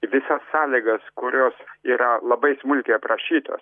visas sąlygas kurios yra labai smulkiai aprašytos